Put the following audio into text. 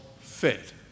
fit